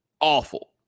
Awful